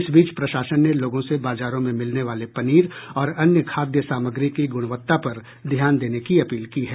इस बीच प्रशासन ने लोगों से बाजारों में मिलने वाले पनीर और अन्य खाद्य सामग्री की गुणवत्ता पर ध्यान देने की अपील की है